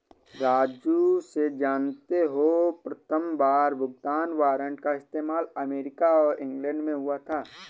राजू से जानते हो प्रथमबार भुगतान वारंट का इस्तेमाल अमेरिका और इंग्लैंड में हुआ था